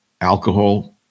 alcohol